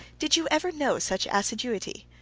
did you ever know such assiduity?